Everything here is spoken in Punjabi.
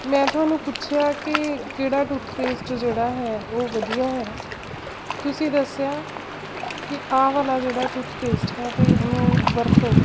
ਮੈਂ ਤੁਹਾਨੂੰ ਪੁੱਛਿਆ ਕਿ ਕਿਹੜਾ ਟੂਥਪੇਸਟ ਜਿਹੜਾ ਹੈ ਉਹ ਵਧੀਆ ਹੈ ਤੁਸੀਂ ਦੱਸਿਆ ਕਿ ਆਹ ਵਾਲਾ ਜਿਹੜਾ ਟੂਥਪੇਸਟ ਹੈ ਤੁਸੀਂ ਉਹਨੂੰ ਵਰਤੋ